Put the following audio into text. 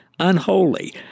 Unholy